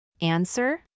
Answer